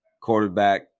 quarterback